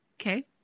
okay